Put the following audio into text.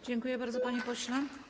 Dziękuję bardzo, panie pośle.